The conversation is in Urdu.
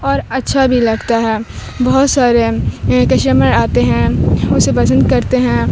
اور اچھا بھی لگتا ہے بہت سارے کشمر آتے ہیں اسے پسند کرتے ہیں